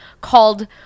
called